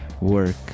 work